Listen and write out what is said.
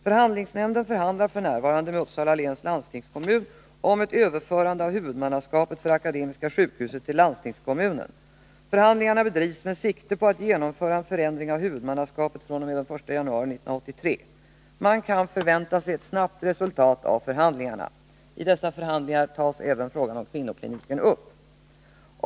Förhandlingsnämnden förhandlar f. n. med Uppsala läns landstingskommun om ett överförande av huvudmannaskapet för Akademiska sjukhuset till landstingskommunen. Förhandlingarna bedrivs med sikte på att genomföra en förändring av huvudmannaskapet fr.o.m. den 1 januari 1983. Man kan förvänta sig ett snabbt resultat av förhandlingarna. I dessa förhandlingar tas även frågan om kvinnokliniken upp.